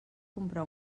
comprar